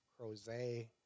Crozet